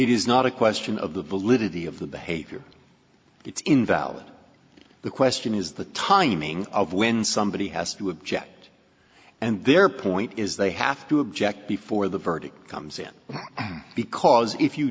is not a question of the validity of the behavior it's invalid the question is the timing of when somebody has to object and their point is they have to object before the verdict comes in because if you